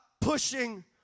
pushing